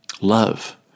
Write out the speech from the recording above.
Love